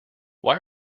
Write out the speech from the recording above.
why